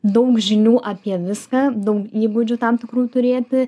daug žinių apie viską daug įgūdžių tam tikrų turėti